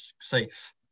safe